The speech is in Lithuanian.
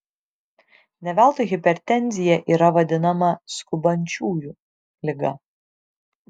ne veltui hipertenzija yra vadinama skubančiųjų liga